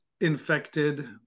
infected